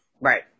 Right